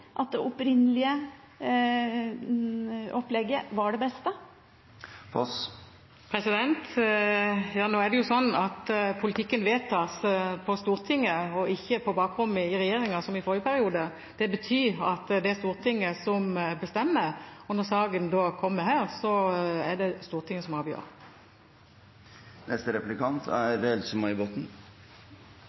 at det opprinnelige opplegget var det beste? Nå er det jo sånn at politikken vedtas på Stortinget og ikke på bakrommet i regjeringen, som i forrige periode. Det betyr at det er Stortinget som bestemmer. Når saken kommer hit, er det Stortinget som